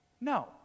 no